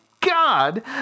God